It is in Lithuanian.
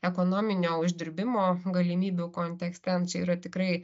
ekonominio uždirbimo galimybių kontekste čia yra tikrai